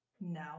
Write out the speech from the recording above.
No